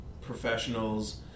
Professionals